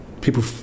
people